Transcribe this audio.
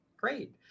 Great